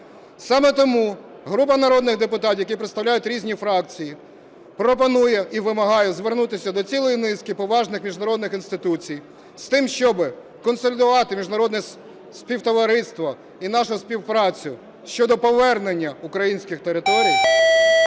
Саме тому група народних депутатів, які представляють різні фракції, пропонує і вимагає звернутися до цілої низки поважних міжнародних інституцій з тим, щоб консолідувати міжнародне співтовариство і нашу співпрацю щодо повернення українських територій